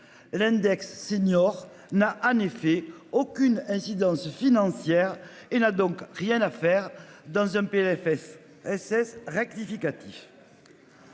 L'index senior n'a en effet aucune incidence financière et n'a donc rien à faire dans un Plfss SS rectificatif.